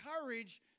courage